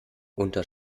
unter